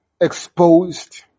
exposed